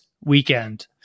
weekend